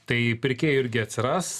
tai pirkėjų irgi atsiras